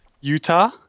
Utah